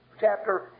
chapter